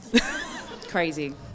Crazy